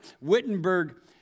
Wittenberg